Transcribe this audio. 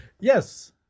Yes